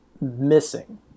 missing